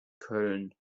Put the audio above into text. köln